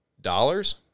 dollars